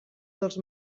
dels